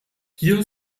hier